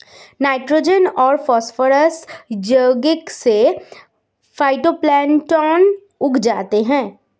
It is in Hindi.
नाइट्रोजन और फास्फोरस यौगिक से फाइटोप्लैंक्टन उग जाते है